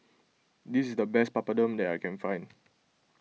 this is the best Papadum that I can find